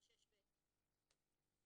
ב-6(ב).